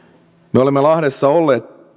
me olemme lahdessa olleet